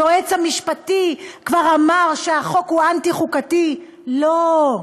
היועץ המשפטי כבר אמר שהחוק הוא אנטי-חוקתי, לא,